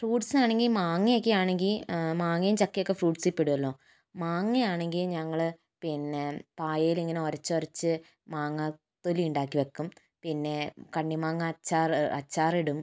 ഫ്രൂട്ട്സാണെങ്കിൽ മാങ്ങയൊക്കെ ആണെങ്കിൽ മാങ്ങയും ചക്കയൊക്കെ ഫ്രൂട്ട്സിൽ പെടുവല്ലോ മാങ്ങയാണെങ്കിൽ ഞങ്ങള് പിന്നെ പായേലിങ്ങനെ ഒരച്ചൊരച്ച് മാങ്ങാ തൊലി ഉണ്ടാക്കി വെക്കും പിന്നെ കണ്ണി മാങ്ങ അച്ചാറ് അച്ചാറിടും